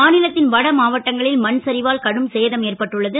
மா லத் ன் வட மாவட்டங்களில் மண் சரிவால் கடும் சேதம் ஏற்பட்டுள்ளது